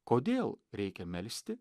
kodėl reikia melsti